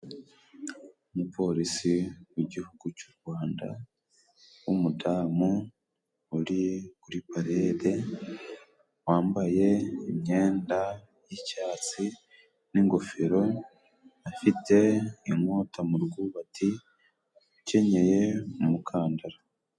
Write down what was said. Umuporisi w'igihugu cy'u Rwanda, w'umudamu uri kuri parede, wambaye imyenda y'icyatsi n'ingofero afite inkota mu rwubati, ukenyeye umukandara.